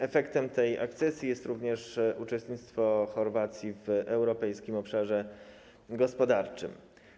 Efektem tej akcesji jest również uczestnictwo Chorwacji w Europejskim Obszarze Gospodarczym.